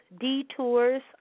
detours